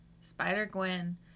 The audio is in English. Spider-Gwen